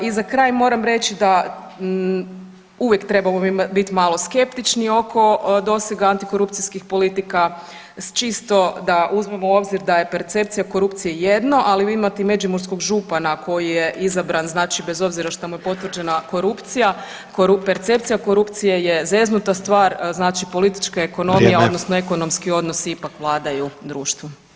I za kraj moram reći da uvijek trebamo biti malo skeptični oko dosega antikorupcijskih politika čisto da uzmemo u obzir da je percepcija korupcije jedno ali imati međimurskog župana koji je izabran znači bez obzira šta mu je potvrđena korupcija, percepcija korupcije je zeznuta stvar znači politička ekonomija [[Upadica: Vrijeme.]] odnosno ekonomski odnosi ipak vladaju društvom.